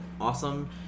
awesome